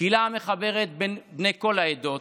קהילה המחברת בין בני כל העדות